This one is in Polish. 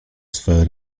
swe